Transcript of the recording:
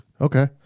Okay